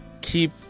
keep